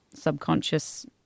subconscious